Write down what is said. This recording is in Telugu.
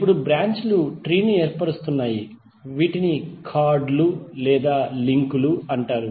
ఇప్పుడు బ్రాంచ్ లు ట్రీ ను ఏర్పరుస్తున్నాయి వీటిని ఖార్డ్ లు లేదా లింకులు అంటారు